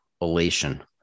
elation